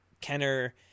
Kenner